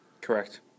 Correct